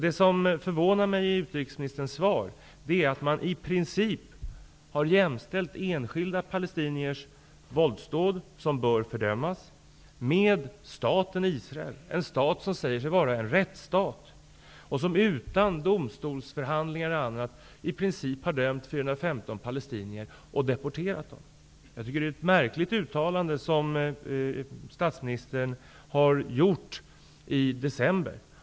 Det som förvånar mig i utrikesministerns svar är att man i princip jämställer enskilda palestiniers våldsdåd -- som bör fördömas -- med staten Israels agerande, en stat som säger sig vara en rättsstat, men som utan domstolsförhandlingar eller annat har dömt 415 palestinier till deportering. Jag tycker att statsminstern gjorde ett märkligt uttalande i december.